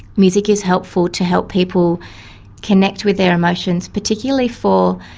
music is helpful to help people connect with their emotions, particularly for,